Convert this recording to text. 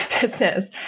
business